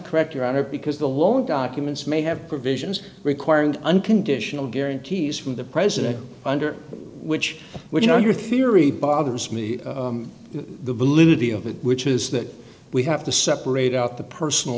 correct your honor because the loan documents may have provisions requiring unconditional guarantees from the president under which would you know your theory bothers me the validity of it which is that we have to separate out the personal